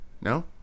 No